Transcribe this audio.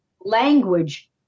language